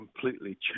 completely